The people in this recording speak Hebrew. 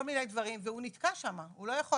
כל מיני דברים, והוא נתקע שם, הוא לא יכול.